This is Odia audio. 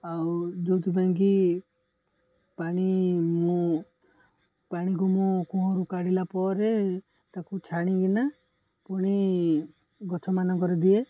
ଆଉ ଯେଉଁଥିପାଇଁ କିି ପାଣି ମୁଁ ପାଣିକୁ ମୁଁ କୂଅରୁ କାଢ଼ିଲା ପରେ ତାକୁ ଛାଣିକିନା ପୁଣି ଗଛମାନଙ୍କରେ ଦିଏ